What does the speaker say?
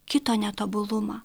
kito netobulumą